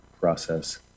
process